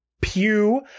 Pew